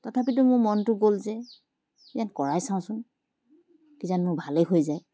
তথাপিতো মোৰ মনটো গ'ল যে যেন কৰাই চাওঁচোন কিজানি মোৰ ভালেই হৈ যায়